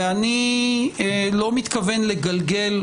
ואני לא מתכוון לגלגל,